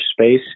space